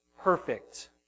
perfect